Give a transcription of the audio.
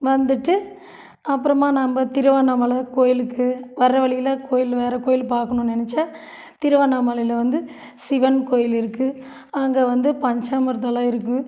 வந்துவிட்டு அப்பறமாக நம்ப திருவண்ணாமலை கோயிலுக்கு வர வழியில கோயில் வேறு கோயில் பார்க்கணுன்னு நினச்சா திருவண்ணாமலையில் வந்து சிவன் கோயில் இருக்கு அங்கே வந்து பஞ்சாமிர்தலாம் இருக்கு